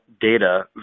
data